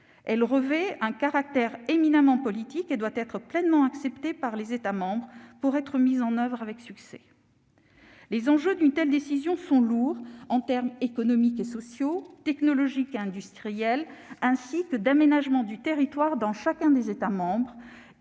elle revêt un caractère éminemment politique et doit être pleinement acceptée par les États membres pour être mise en oeuvre avec succès. Les enjeux d'une telle décision sont lourds en termes économiques et sociaux, technologiques et industriels, mais aussi en termes d'aménagement du territoire dans chacun des États membres